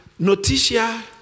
noticia